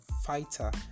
fighter